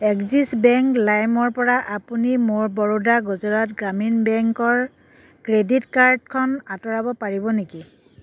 Axis bank লাইমৰ পৰা আপুনি মোৰ বৰোদা গুজৰাট গ্ৰামীণ বেংকৰ ক্ৰেডিট কাৰ্ডখন আঁতৰাব পাৰিব নেকি